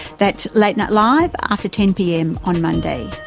that's late night live, after ten pm on monday.